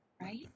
right